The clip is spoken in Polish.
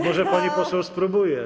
Może pani poseł spróbuje.